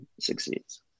succeeds